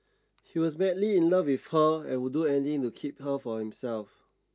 he was madly in love with her and would do anything to keep her for himself